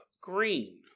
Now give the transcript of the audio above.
green